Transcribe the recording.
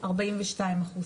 - 42%.